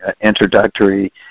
introductory